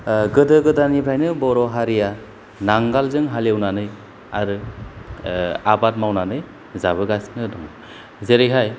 गोदो गोदायनिफ्रायनो बर' हारिया नांगोलजों हालेवनानै आरो आबाद मावनानै जाबोगासिनो दं जेरैहाय